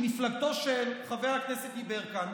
ממפלגתו של חבר הכנסת יברקן,